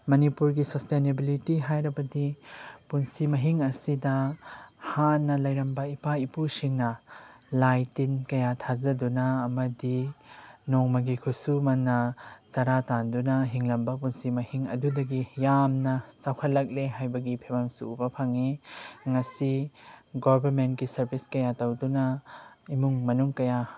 ꯃꯅꯤꯄꯨꯔꯒꯤ ꯁꯁꯇꯦꯅꯦꯕꯂꯤꯇꯤ ꯍꯥꯏꯔꯕꯗꯤ ꯄꯨꯟꯁꯤ ꯃꯍꯤꯡ ꯑꯁꯤꯗ ꯍꯥꯟꯅ ꯂꯩꯔꯝꯕ ꯏꯄꯥ ꯏꯄꯨꯁꯤꯡꯅ ꯂꯥꯏ ꯇꯤꯟ ꯀꯌꯥ ꯊꯥꯖꯗꯨꯅ ꯑꯃꯗꯤ ꯅꯣꯡꯃꯒꯤ ꯈꯨꯁꯨꯃꯟꯅ ꯆꯔꯥ ꯇꯥꯟꯗꯨꯅ ꯍꯤꯡꯂꯝꯕ ꯄꯨꯟꯁꯤ ꯃꯍꯤꯡ ꯑꯗꯨꯗꯒꯤ ꯌꯥꯝꯅ ꯆꯥꯎꯈꯠꯂꯛꯂꯦ ꯍꯥꯏꯕꯒꯤ ꯐꯤꯕꯝꯁꯨ ꯎꯕ ꯐꯪꯏ ꯉꯁꯤ ꯒꯣꯕꯔꯃꯦꯟꯒꯤ ꯁꯥꯔꯕꯤꯁ ꯀꯌꯥ ꯇꯧꯗꯨꯅ ꯏꯃꯨꯡ ꯃꯅꯨꯡ ꯀꯌꯥ